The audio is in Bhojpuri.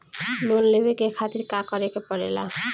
लोन लेवे के खातिर का करे के पड़ेला?